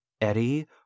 Eddie